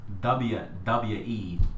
WWE